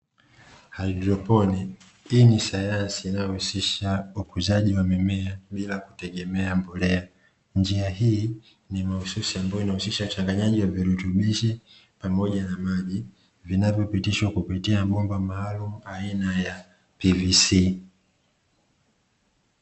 Haidroponi hii ni sayansi inayohusisha ukuzaji wa mimea bila kutegemea mbolea, njia hii ni mahususi ambayo inahusisha uchanganyaji wa virutubishi pamoja na maji vinavyopitishwa kupitia bomba maalumu aina ya PVC.